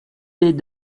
des